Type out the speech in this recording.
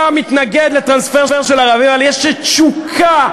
אתה מתנגד לטרנספר של ערבים, אבל יש תשוקה,